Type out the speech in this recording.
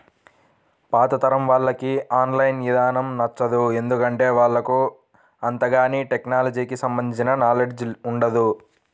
పాతతరం వాళ్లకి online ఇదానం నచ్చదు, ఎందుకంటే వాళ్లకు అంతగాని టెక్నలజీకి సంబంధించిన నాలెడ్జ్ ఉండదు